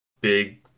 big